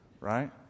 Right